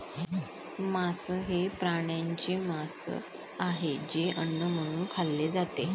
मांस हे प्राण्यांचे मांस आहे जे अन्न म्हणून खाल्ले जाते